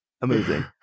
Amazing